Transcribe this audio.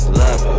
love